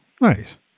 nice